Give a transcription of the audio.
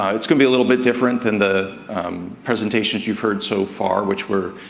ah it's gonna be a little bit different than the presentations you've heard so far which were,